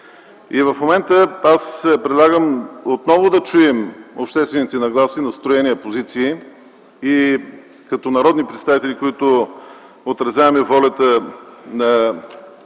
В момента предлагам отново да чуем обществените нагласи, настроения и позиции и като народни представители, които отразяваме волята на